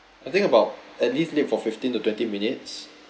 I think about at least late for fifteen to twenty minutes